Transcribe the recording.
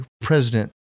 president